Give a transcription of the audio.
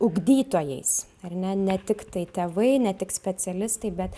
ugdytojais ar ne ne tiktai tėvai ne tik specialistai bet